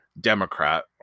Democrat